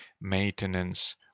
maintenance